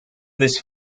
this